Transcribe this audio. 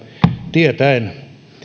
tietäen